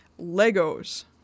Legos